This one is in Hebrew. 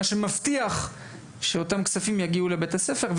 מה שמבטיח שאותם כספים יגיעו לבתי הספר,